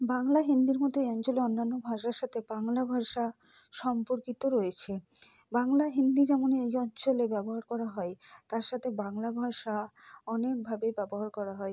বাংলা হিন্দির মধ্যে এ অঞ্চলে অন্যান্য ভাষার সাথে বাংলা ভাষা সম্পর্কিত রয়েছে বাংলা হিন্দি যেমন এই অঞ্চলে ব্যবহার করা হয় তার সাথে বাংলা ভাষা অনেকভাবে ব্যবহার করা হয়